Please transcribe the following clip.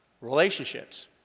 Relationships